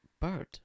Bird